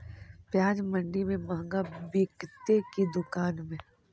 प्याज मंडि में मँहगा बिकते कि दुकान में?